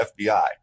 FBI